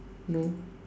no